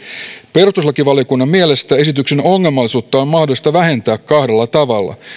perustuslakivaliokunnan mielestä esityksen ongelmallisuutta on mahdollista vähentää kahdella tavalla